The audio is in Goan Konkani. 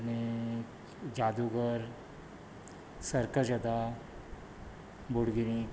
आनीक जादूगर सर्कस येता बोडगिनी